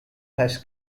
has